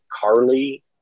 Carly